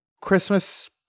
Christmas